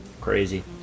crazy